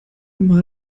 mal